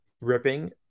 ripping